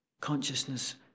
Consciousness